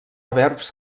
verbs